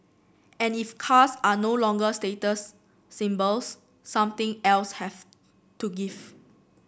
and if cars are no longer status symbols something else has to give